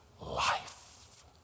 life